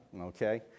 okay